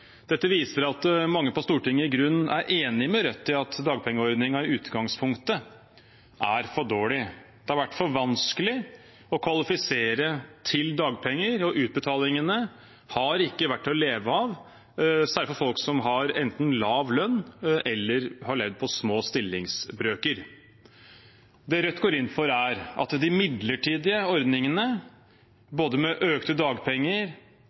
Dette viser at mange på Stortinget i grunnen er enige med Rødt i at dagpengeordningen i utgangspunktet er for dårlig. Det har vært for vanskelig å kvalifisere til dagpenger, og utbetalingene har ikke vært til å leve av, særlig for folk som enten har lav lønn eller har levd på små stillingsbrøker. Det Rødt går inn for, er at de midlertidige ordningene, både med økte dagpenger